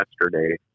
yesterday